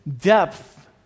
depth